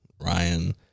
Ryan